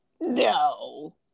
No